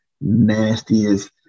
nastiest